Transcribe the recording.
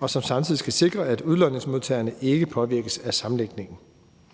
og som samtidig skal sikre, at udlodningsmodtagerne ikke påvirkes af sammenlægningen.